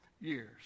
years